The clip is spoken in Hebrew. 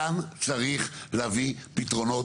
כאן צריך להביא פתרונות